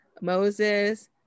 Moses